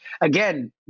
again